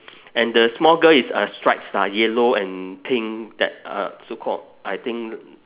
and the small girl is uh stripes lah yellow and pink that uh so called I think